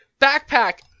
backpack